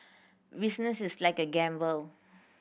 business is like a gamble